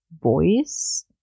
voice